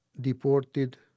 deported